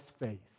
faith